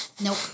Nope